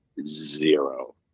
zero